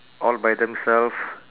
all by themself